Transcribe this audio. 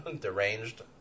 deranged